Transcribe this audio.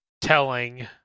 telling